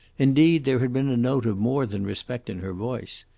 indeed, there had been a note of more than respect in her voice.